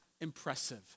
impressive